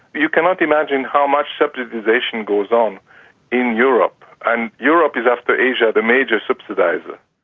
you cannot imagine how much subsidisation goes on in europe and europe is after asia the major subsidiser.